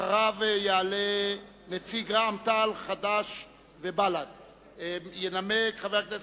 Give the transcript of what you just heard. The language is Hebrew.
אחריו יעלה נציג רע"ם-תע"ל, חד"ש ובל"ד וינמק.